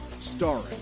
starring